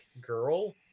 girl